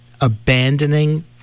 abandoning